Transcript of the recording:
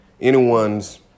anyone's